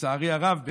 לצערי הרב,